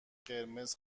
قرمز